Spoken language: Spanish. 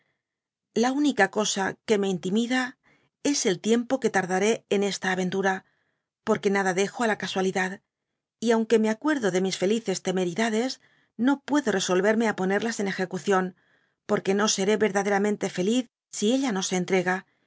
la única cosa que me intimida es el tiempo que tardaré en esta aventura porque nada dejo á la casualidad y aun que me acuerdo de mis felices temeridades no puedo resolverme á ponerlas en ejecución porque no seré verdaderamente feliz sí ella no sntrega